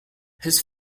his